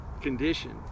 Condition